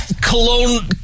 Cologne